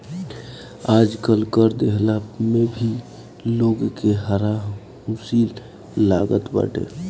आजकल कर देहला में भी लोग के हारा हुसी लागल बाटे